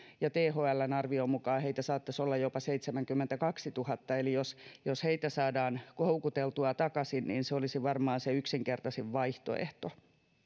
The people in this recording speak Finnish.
ja thln arvion mukaan heitä saattaisi olla jopa seitsemänkymmentäkaksituhatta eli jos jos heitä saadaan houkuteltua takaisin niin se olisi varmaan se yksinkertaisin vaihtoehto